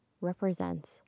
represents